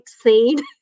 scene